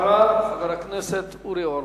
ואחריו, חבר הכנסת אורי אורבך.